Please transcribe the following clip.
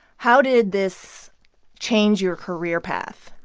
how did this change your career path?